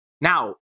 Now